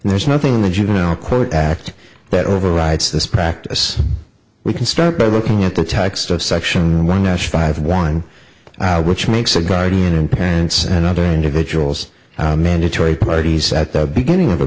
and there's nothing in the juvenile quote act that overrides this practice we can start by looking at the text of section one nash five one out which makes the guardian and parents and other individuals mandatory parties at the beginning of